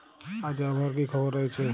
আজ আবহাওয়ার কি খবর রয়েছে?